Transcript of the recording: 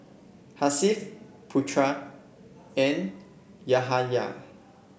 Hasif Putra and Yahaya